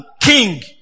king